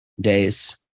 days